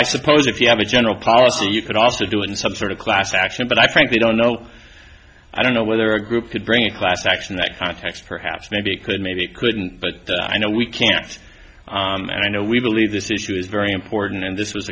i suppose if you have a general policy you could also do it in some sort of class action but i frankly don't know i don't know whether a group could bring a class action that context perhaps maybe could maybe it couldn't but i know we can't and i know we believe this issue is very important and this was